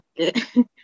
Okay